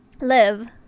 live